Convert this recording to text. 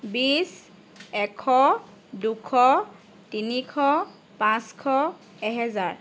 বিছ এশ দুশ তিনিশ পাঁচশ এহেজাৰ